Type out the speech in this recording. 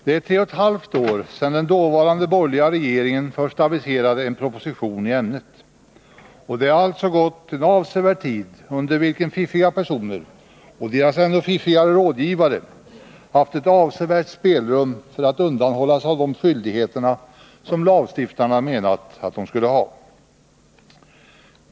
Det är tre och ett halvt år sedan den dåvarande borgerliga regeringen först aviserade en proposition i ämnet. Det har alltså gått en avsevärd tid, under vilken fiffiga personer och deras ännu fiffigare rådgivare haft ett avsevärt spelrum för att undandra sig de skyldigheter som lagstiftarna menat att de skulle ha.